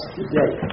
today